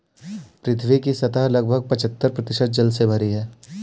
पृथ्वी की सतह लगभग पचहत्तर प्रतिशत जल से भरी है